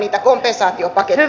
hyvät edustajat